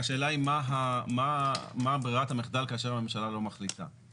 השאלה היא מה ברירת המחדל כאשר הממשלה לא מחליטה.